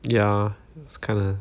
ya it was kinda